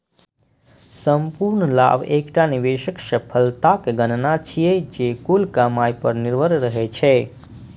संपूर्ण लाभ एकटा निवेशक सफलताक गणना छियै, जे कुल कमाइ पर निर्भर रहै छै